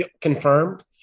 confirmed